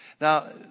Now